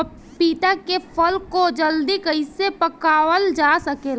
पपिता के फल को जल्दी कइसे पकावल जा सकेला?